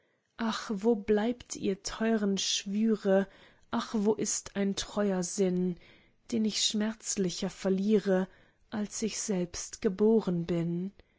ach wo bleibt ihr teuren schwüre ach wo ist ein treuer sinn den ich schmerzlicher verliere als ich selbst geboren bin